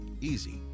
easy